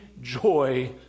joy